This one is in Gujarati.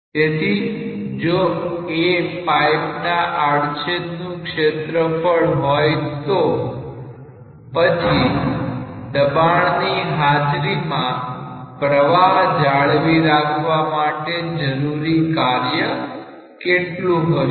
તેથી જો A પાઈપના આડછેદ નું ક્ષેત્રફળ હોય તો પછી દબાણ ની હાજરીમાં પ્રવાહ જાળવી રાખવા માટે જરૂરી કાર્ય કેટલું હશે